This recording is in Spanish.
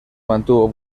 mantuvo